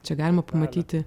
čia galima pamatyti